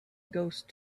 ghost